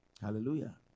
Hallelujah